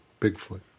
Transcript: Bigfoot